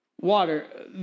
water